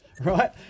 right